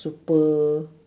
super